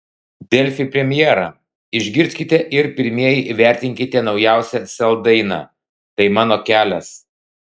delfi premjera išgirskite ir pirmieji įvertinkite naujausią sel dainą tai mano kelias